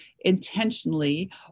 intentionally